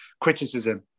criticism